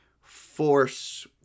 force